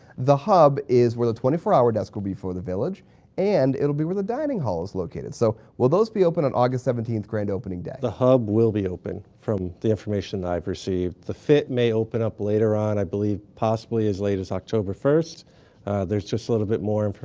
the hub is where the twenty four hour desk will be for the village and it will be where the dining hall is located. so will those be open on august seventeen grand opening day? the hub will be open from the information that i've received. the fit may open up later on, i believe possibly as late as october first. ah there's just a little bit more, and